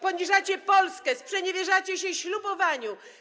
Poniżacie Polskę, sprzeniewierzacie się ślubowaniu.